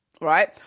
right